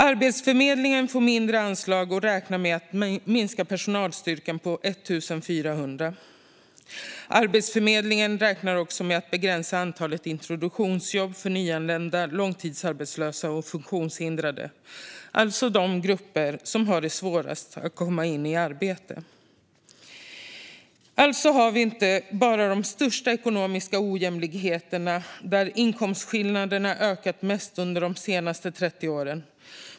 Arbetsförmedlingen får mindre anslag och räknar med att minska personalstyrkan med 1 400 personer. Arbetsförmedlingen räknar också med att begränsa antalet introduktionsjobb för nyanlända, långtidsarbetslösa och funktionshindrade, alltså de grupper som har svårast att komma in i arbete. Sverige har inte bara den största ekonomiska ojämlikheten där inkomstskillnaderna har ökat mest under de senaste 30 åren.